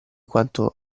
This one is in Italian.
quanto